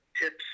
tips